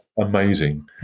amazing